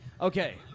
Okay